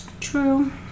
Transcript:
true